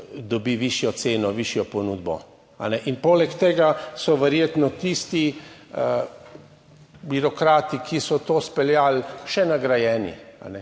dobi višjo ceno, višjo ponudbo? In poleg tega so verjetno tisti birokrati, ki so to izpeljali, še nagrajeni.